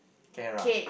Clara